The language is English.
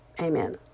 Amen